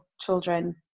children